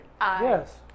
yes